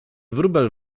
wróbel